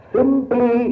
Simply